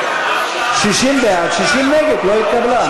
60 בעד, 60 נגד, לא התקבלה.